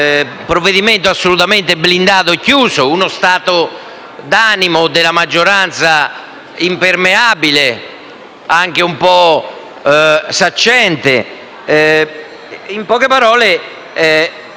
provvedimento, che è assolutamente blindato, chiuso, con uno stato d'animo della maggioranza impermeabile e anche un po' saccente. In poche parole,